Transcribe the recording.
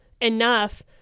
enough